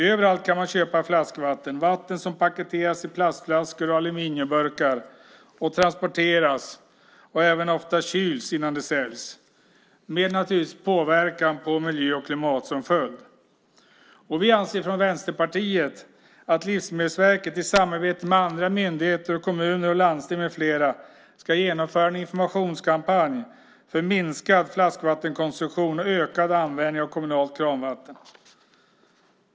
Överallt kan man köpa flaskvatten, vatten som paketeras i plastflaskor och aluminiumburkar och sedan transporteras och även ofta kyls innan det säljs - med påverkan på miljö och klimat som följd. Vi anser från Vänsterpartiet att Livsmedelsverket i samarbete med andra myndigheter, kommuner och landsting med flera ska genomföra en informationskampanj för minskad flaskvattenkonsumtion och ökad användning av kommunalt kranvatten.